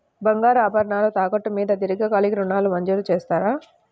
బంగారు ఆభరణాలు తాకట్టు మీద దీర్ఘకాలిక ఋణాలు మంజూరు చేస్తారా?